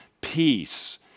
peace